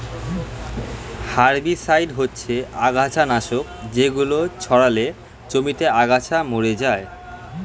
herbicide হচ্ছে আগাছানাশক যেগুলো ছড়ালে জমিতে আগাছা মরে যায়